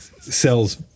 sells